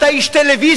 אתה איש טלוויזיה,